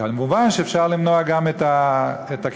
מובן שאפשר למנוע גם את הקריסה,